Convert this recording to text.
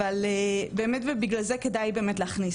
אבל באמת ובגלל זה כדאי באמת להכניס.